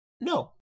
No